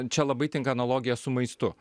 čia labai tinka analogija su maistu